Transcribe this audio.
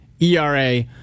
ERA